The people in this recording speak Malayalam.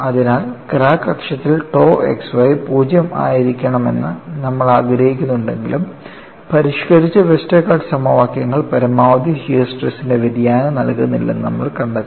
അതിനാൽ ക്രാക്ക് അക്ഷത്തിൽ tau xy 0 ആയിരിക്കണമെന്ന് നമ്മൾ ആഗ്രഹിക്കുന്നുണ്ടെങ്കിലും പരിഷ്കരിച്ച വെസ്റ്റർഗാർഡ് സമവാക്യങ്ങൾ പരമാവധി ഷിയർ സ്ട്രെസ്ന്റെ വ്യതിയാനം നൽകുന്നില്ലെന്ന് നമ്മൾ കണ്ടെത്തി